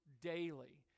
daily